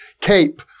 cape